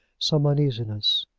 some uneasiness.